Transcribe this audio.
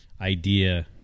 idea